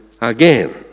again